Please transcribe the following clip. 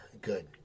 good